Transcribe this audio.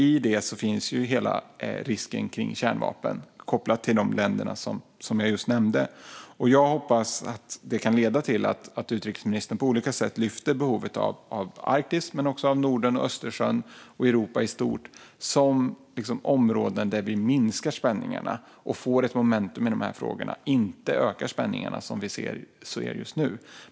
I det finns hela risken kring kärnvapen kopplat till de länder jag just nämnde. Jag hoppas att detta kan leda till att utrikesministern på olika sätt lyfter behovet av Arktis, men också av Norden, Östersjön och Europa i stort, som områden där vi minskar spänningarna och får ett momentum i dessa frågor. Spänningarna ska inte öka, vilket är det vi ser just nu.